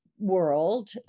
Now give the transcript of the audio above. World